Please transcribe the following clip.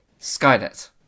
Skynet